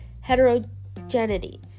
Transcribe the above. heterogeneity